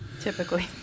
Typically